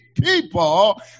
people